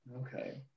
Okay